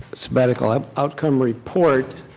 sabbatical um outcome report.